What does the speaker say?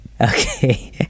Okay